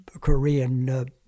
Korean